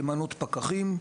למנות פקחים,